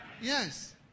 Yes